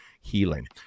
healing